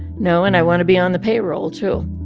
no, and i want to be on the payroll, too.